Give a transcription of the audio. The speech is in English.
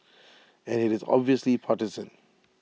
and IT is obviously partisan